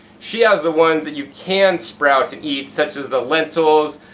she has the ones that you can sprout to eat, such as the lentils,